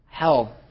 hell